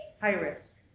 high-risk